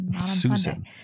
Susan